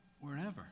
wherever